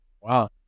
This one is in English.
wow